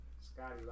Scotty